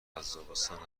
قزاقستان